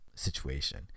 situation